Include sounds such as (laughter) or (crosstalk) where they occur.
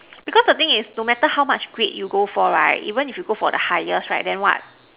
(noise) because the thing is no matter how much grade you go for right even if you go for the highest right then what